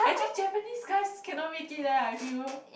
actually Japanese guys cannot make it leh I feel